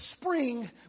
spring